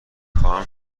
خواهم